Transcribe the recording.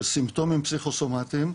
של סימפטומים פסיכוסומטיים,